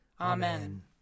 Amen